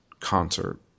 concert